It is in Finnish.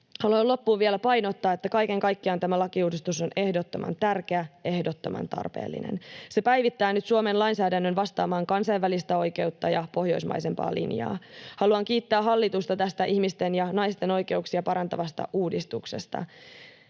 Haluan loppuun vielä painottaa, että kaiken kaikkiaan tämä lakiuudistus on ehdottoman tärkeä ja ehdottoman tarpeellinen. Se päivittää nyt Suomen lainsäädännön vastaamaan kansainvälistä oikeutta ja pohjoismaisempaa linjaa. Haluan kiittää hallitusta tästä ihmisten ja naisten oikeuksia parantavasta uudistuksesta,